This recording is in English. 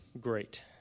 great